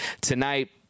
tonight